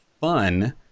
fun